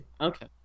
Okay